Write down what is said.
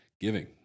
giving